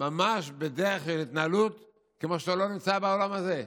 ממש דרך ההתנהלות כמו שאתה לא נמצא בעולם הזה.